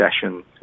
session